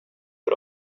för